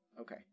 Okay